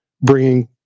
bringing